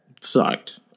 sucked